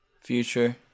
Future